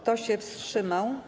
Kto się wstrzymał?